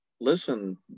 listen